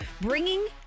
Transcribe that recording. bringing